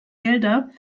gelder